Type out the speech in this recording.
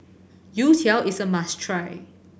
Youtiao is a must try